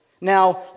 Now